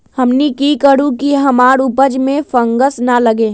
हमनी की करू की हमार उपज में फंगस ना लगे?